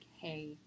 hey